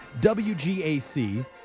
WGAC